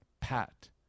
Pat